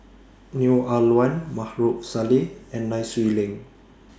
Neo Ah Luan Maarof Salleh and Nai Swee Leng